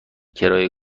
کرایه